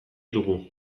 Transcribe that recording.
dugu